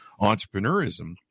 entrepreneurism